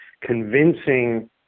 convincing